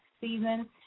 season